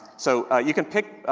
so, ah, you can pick,